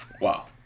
Wow